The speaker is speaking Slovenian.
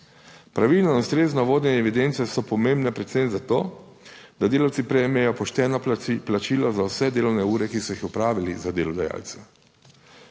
Pravilno in ustrezno vodenje evidence so pomembne predvsem za to, da delavci prejmejo pošteno plačilo za vse delovne ure, ki so jih opravili za delodajalca.